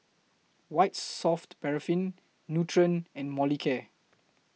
White Soft Paraffin Nutren and Molicare